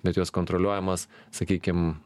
bet jos kontroliuojamos sakykim